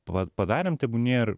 vat padarėme tebūnie ir